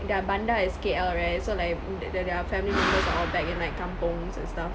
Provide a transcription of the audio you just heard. their bandar is K_L right so like thei~ thei~ their family members are all back in like kampungs and stuff